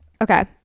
okay